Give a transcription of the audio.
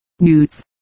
newts